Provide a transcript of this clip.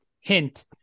Hint